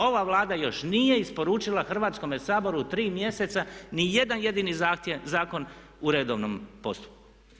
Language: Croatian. Ova Vlada još nije isporučila Hrvatskome saboru tri mjeseca ni jedan jedini zakon u redovnom postupku.